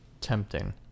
tempting